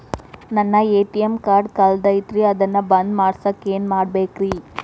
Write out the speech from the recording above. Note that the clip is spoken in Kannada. ನನ್ನ ಎ.ಟಿ.ಎಂ ಕಾರ್ಡ್ ಕಳದೈತ್ರಿ ಅದನ್ನ ಬಂದ್ ಮಾಡಸಾಕ್ ಏನ್ ಮಾಡ್ಬೇಕ್ರಿ?